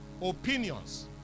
opinions